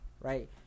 right